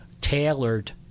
tailored